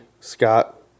scott